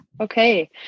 Okay